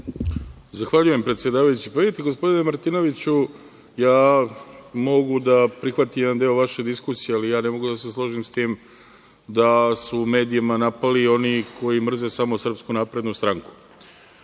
Zahvaljujem, predsedavajući. Vidite, gospodine Martinoviću, ja mogu da prihvatim jedan deo vaše diskusije, ali ja ne mogu da se složim sa tim da su medijima napali oni koji mrze samo SNS. Izuzev određenih